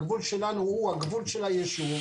הגבול שלנו הוא הגבול של היישוב.